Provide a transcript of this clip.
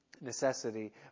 Necessity